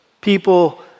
people